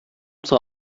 zur